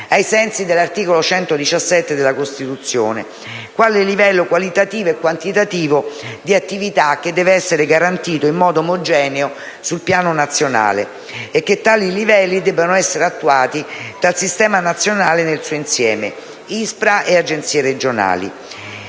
ai sensi dell'articolo 117 della Costituzione, quale livello qualitativo e quantitativo di attività che deve essere garantito in modo omogeneo sul piano nazionale, e che tali livelli debbano essere attuati dal Sistema nazionale nel suo insieme (ISPRA e Agenzie regionali).